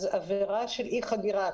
עבירה של אי חגירה